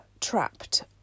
trapped